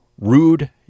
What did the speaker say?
Rude